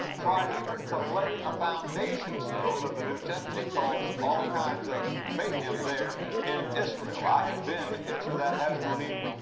tried even to lay a foundation stone of the new temple. it caused all kinds of mayhem there in israel. i have been, ah, through that hasmoneme,